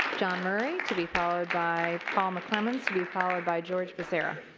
john murray, to be followed by paul mcclemens to be followed by george becerra.